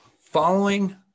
following